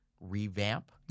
revamp